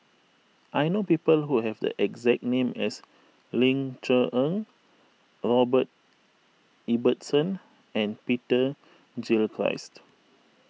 I know people who have the exact name as Ling Cher Eng Robert Ibbetson and Peter Gilchrist